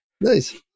Nice